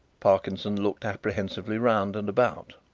parkinson looked apprehensively round and about.